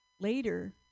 Later